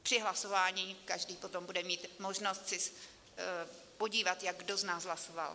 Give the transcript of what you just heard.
Při hlasování každý potom bude mít možnost se podívat, jak kdo z nás hlasoval.